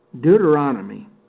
Deuteronomy